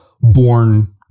born